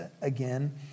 again